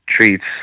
treats